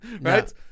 Right